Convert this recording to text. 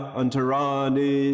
antarani